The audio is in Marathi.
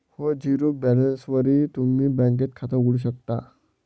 हो, झिरो बॅलन्सवरही तुम्ही बँकेत खातं उघडू शकता